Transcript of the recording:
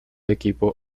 equipo